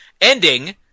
ending